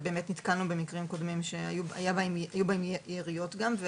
ובאמת נתקלנו במקרים קודמים שהיו בהם יריות גם,